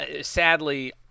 Sadly